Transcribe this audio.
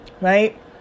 Right